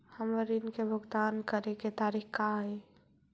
हमर ऋण के भुगतान करे के तारीख का हई?